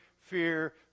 fear